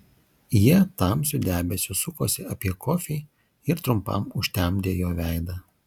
jie tamsiu debesiu sukosi apie kofį ir trumpam užtemdė jo veidą